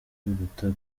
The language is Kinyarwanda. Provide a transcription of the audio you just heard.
biruta